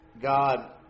God